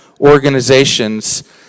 organizations